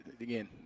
again